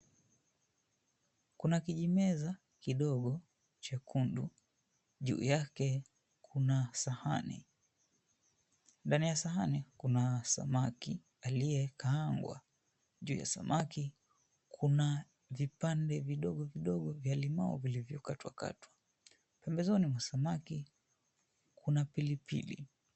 Kuna kijimeza kidogo chekundu. Juu yake kuna sahani. Ndani ya sahani kuna samaki aliyekaangwa. Juu ya samaki kuna vipande vidogo vidogo vya limau vilivyokatwa katwa. Pembezoni mwa samaki kuna pilipili.